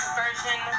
version